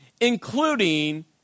including